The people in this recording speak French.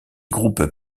groupes